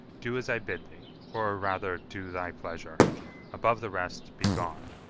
do as i bid thee, or rather do thy pleasure above the rest, be gone.